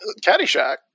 Caddyshack